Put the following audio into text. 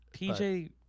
PJ